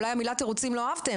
אולי את המילה תירוצים לא אהבתם,